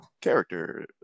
character